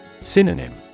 Synonym